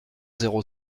zéro